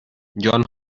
john